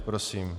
Prosím.